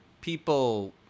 people